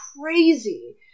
crazy